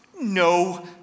No